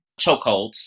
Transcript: chokeholds